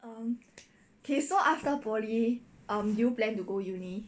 um okay so after poly um do you plan to go uni